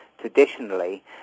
traditionally